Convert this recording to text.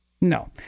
No